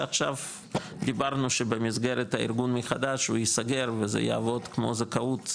שעכשיו דיברנו שבמסגרת הארגון מחדש הוא יסגר וזה יעבוד כמו זכאות,